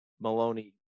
Maloney